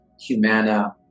Humana